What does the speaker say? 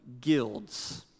guilds